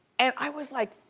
and i was like,